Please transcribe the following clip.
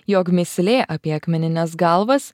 jog mįslė apie akmenines galvas